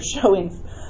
showings